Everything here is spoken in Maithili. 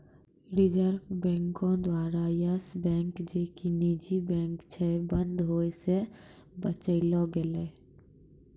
रिजर्व बैंको द्वारा यस बैंक जे कि निजी बैंक छै, बंद होय से बचैलो गेलै